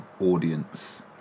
audience